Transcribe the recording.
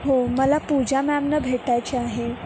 हो मला पूजा मॅमना भेटायचे आहे